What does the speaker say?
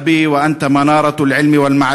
אבי, אתה מגדלור ההלכה והידע